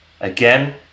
Again